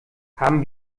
haben